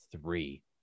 three